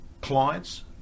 clients